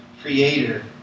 creator